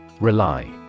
Rely